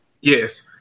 Yes